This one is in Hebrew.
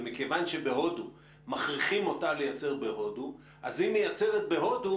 מכיוון שבהודו מכריחים אותה לייצר בהודו אז היא מייצרת בהודו